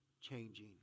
changing